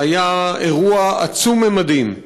זה היה אירוע עצום ממדים.